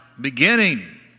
beginning